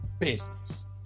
business